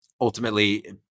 ultimately